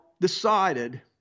decided—